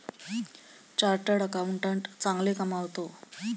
chartered accountant चांगले कमावतो